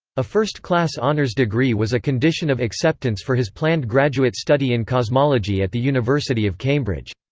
a first-class honours degree was a condition of acceptance for his planned graduate study in cosmology at the university of cambridge.